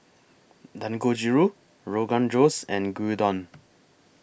Dangojiru Rogan Josh and Gyudon